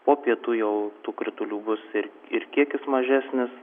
po pietų jau tų kritulių bus ir ir kiekis mažesnis